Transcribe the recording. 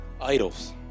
Idols